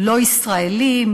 לא "ישראלים"